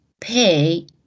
pay